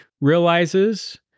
realizes